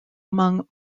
among